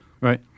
Right